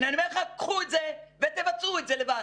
הנה אני אומר לך, קחו את זה ותבצעו את זה לבד